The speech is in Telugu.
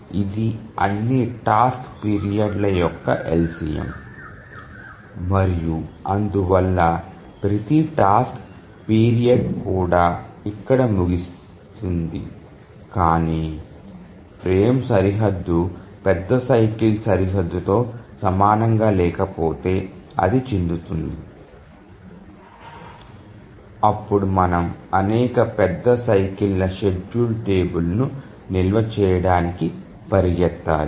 ఇది అన్ని టాస్క్ పీరియడ్ల్ యొక్క LCM మరియు అందువల్ల ప్రతి టాస్క్ పీరియడ్ కూడా ఇక్కడ ముగిసింది కానీ ఫ్రేమ్ సరిహద్దు పెద్ద సైకిల్ సరిహద్దుతో సమానంగా లేకపోతే అది చిందుతుంది అప్పుడు మనము అనేక పెద్ద సైకిల్ల షెడ్యూల్ టేబుల్ ను నిల్వ చేయడానికి పరుగెత్తాలి